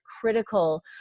critical